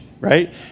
right